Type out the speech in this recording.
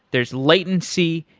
there's latency,